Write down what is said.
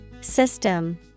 system